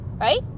right